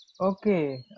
Okay